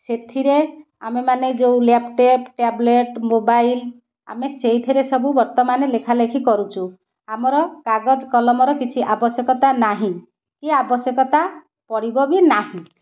ସେଥିରେ ଆମେମାନେ ଯୋଉ ଲ୍ୟାପଟପ୍ ଟ୍ୟାବଲେଟ୍ ମୋବାଇଲ୍ ଆମେ ସେଇଥିରେ ସବୁ ବର୍ତ୍ତମାନ ଲେଖାଲେଖି କରୁଛୁ ଆମର କାଗଜ କଲମର କିଛି ଆବଶ୍ୟକତା ନାହିଁ କି ଆବଶ୍ୟକତା ପଡ଼ିବ ବି ନାହିଁ